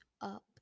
up